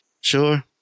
Sure